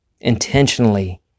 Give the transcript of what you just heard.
intentionally